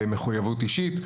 מחויבות אישית.